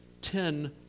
ten